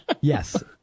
yes